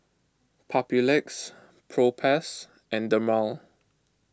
Papulex Propass and Dermale